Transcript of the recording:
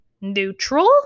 Neutral